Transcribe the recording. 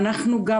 ואנחנו גם,